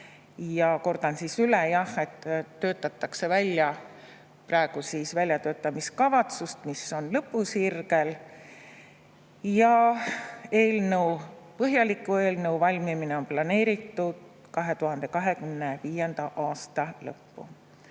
Ja kordan üle, et praegu töötatakse välja väljatöötamiskavatsust, mis on lõpusirgel. Eelnõu, põhjaliku eelnõu valmimine on planeeritud 2025. aasta lõppu.